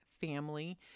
family